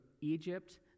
Egypt